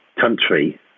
country